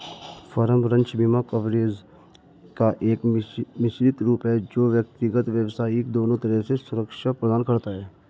farm, ranch बीमा coverage का एक मिश्रित रूप है जो व्यक्तिगत, व्यावसायिक दोनों तरह से सुरक्षा प्रदान करता है